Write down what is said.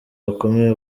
bakomeye